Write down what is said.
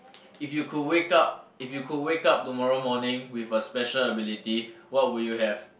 if you could wake up if you could wake up tomorrow morning with a special ability what would you have